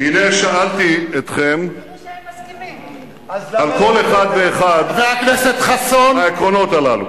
הנה שאלתי אתכם על כל אחד ואחד מהעקרונות הללו,